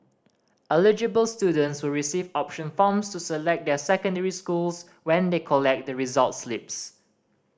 eligible students will receive option forms to select their secondary schools when they collect the results slips